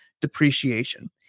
depreciation